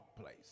place